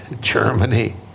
germany